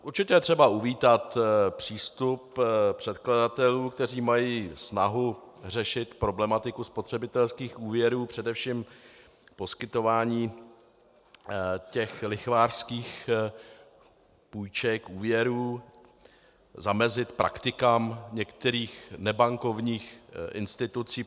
Určitě je třeba uvítat přístup předkladatelů, kteří mají snahu řešit problematiku spotřebitelských úvěrů, především poskytování těch lichvářských půjček, úvěrů, zamezit praktikám některých nebankovních institucí.